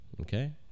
Okay